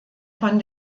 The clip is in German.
von